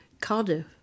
Cardiff